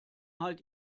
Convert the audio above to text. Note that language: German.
halt